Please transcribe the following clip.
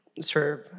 serve